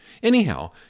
Anyhow